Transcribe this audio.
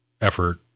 effort